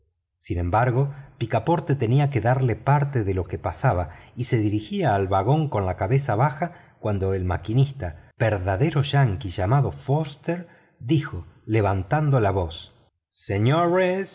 sin embargo picaporte tenía que darle parte de lo que pasaba y se dirigía al vagón con la cabeza baja cuando el maquinista verdadero yankee llamado foster dijo levantando la voz señores